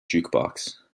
jukebox